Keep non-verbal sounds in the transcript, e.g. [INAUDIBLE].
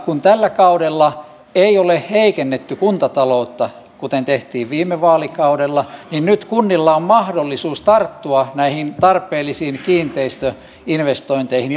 kun tällä kaudella ei ole heikennetty kuntataloutta kuten tehtiin viime vaalikaudella niin nyt kunnilla on mahdollisuus tarttua näihin tarpeellisiin kiinteistöinvestointeihin [UNINTELLIGIBLE]